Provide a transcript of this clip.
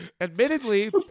Admittedly